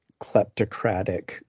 kleptocratic